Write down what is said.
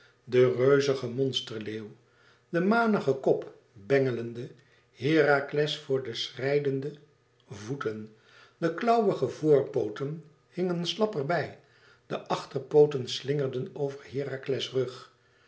den reuzigen monsterleeuw de manige kop bengelde herakles voor de schrijdende voeten de klauwige voorpooten hingen slap er bij de achterpooten slingerden over herakles rug